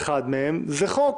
כי אחד מהנושאים של מחר הוא חוק.